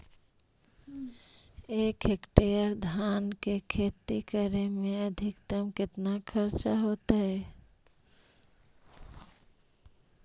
एक हेक्टेयर धान के खेती करे में अधिकतम केतना खर्चा होतइ?